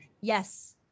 Yes